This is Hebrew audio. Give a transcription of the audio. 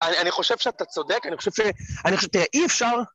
‫אני חושב שאתה צודק, ‫אני חושב ש... אי אפשר...